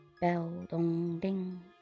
Bell-dong-ding